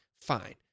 Fine